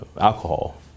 alcohol